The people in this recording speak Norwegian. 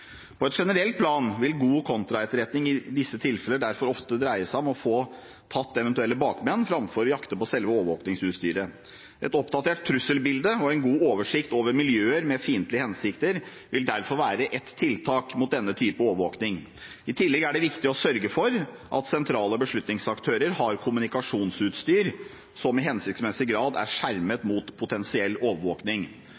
På et generelt plan vil god kontraetterretning i disse tilfeller derfor ofte dreie seg om å få tatt eventuelle bakmenn framfor å jakte på selve overvåkingsutstyret. Et oppdatert trusselbilde og en god oversikt over miljøer med fiendtlige hensikter vil derfor være et tiltak mot denne typen overvåking. I tillegg er det viktig å sørge for at sentrale beslutningsaktører har kommunikasjonsutstyr som i hensiktsmessig grad er skjermet mot potensiell